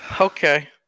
Okay